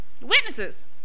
witnesses